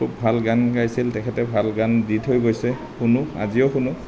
খুব ভাল গান গাইছিল তেখেতে ভাল গান দি থৈ গৈছে শুনো আজিও শুনো